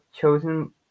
chosen